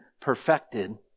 perfected